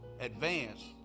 advance